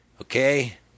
Okay